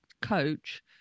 coach